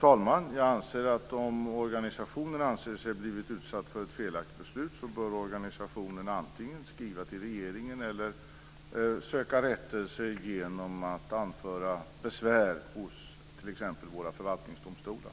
Fru talman! Om organisationen anser sig ha blivit utsatt för ett felaktigt beslut bör organisationen antingen skriva till regeringen eller söka rättelse genom att anföra besvär hos t.ex. våra förvaltningsdomstolar.